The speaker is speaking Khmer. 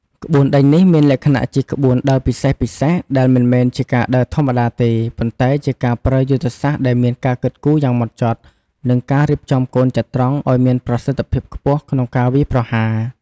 ក្បួនដេញនេះមានលក្ខណៈជាក្បួនដើរពិសេសៗ ដែលមិនមែនជាការដើរធម្មតាទេ ប៉ុន្តែជាការប្រើយុទ្ធសាស្ត្រដែលមានការគិតគូរយ៉ាងម៉ត់ចត់ និងការរៀបចំកូនចត្រង្គឲ្យមានប្រសិទ្ធភាពខ្ពស់ក្នុងការវាយប្រហារ។